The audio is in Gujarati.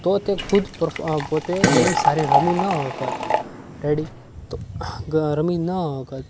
તો તે ખુદ પોતે ગેમ સારી રમી ન શકત રેડી તો રમી ન શકત